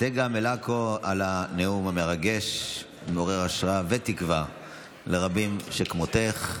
צגה מלקו על הנאום המרגש ומעורר ההשראה והתקווה לרבים שכמותך.